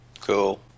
cool